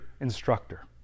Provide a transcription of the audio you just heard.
instructor